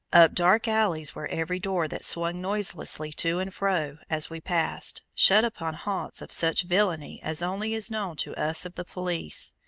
up dark alleys where every door that swung noiselessly to and fro as we passed, shut upon haunts of such villainy as only is known to us of the police,